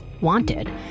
wanted